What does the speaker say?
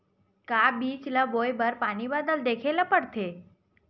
का बीज बोय बर पानी बादल देखेला पड़थे?